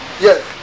Yes